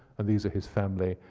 and these are his family,